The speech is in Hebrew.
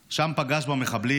ושם פגש במחבלים,